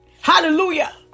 Hallelujah